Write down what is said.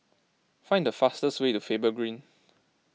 find the fastest way to Faber Green